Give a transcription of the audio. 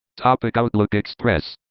topic outlook express,